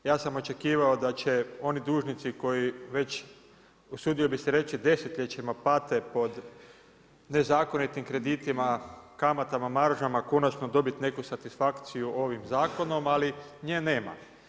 Ja sam očekivao da će oni dužnici koji već usudio bi se reći desetljećima pate pod nezakonitim kreditima, kamatama, maržama konačno dobiti neku satisfakciju ovim zakonom, ali nje nema.